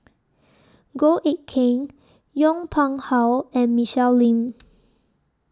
Goh Eck Kheng Yong Pung How and Michelle Lim